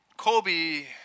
Kobe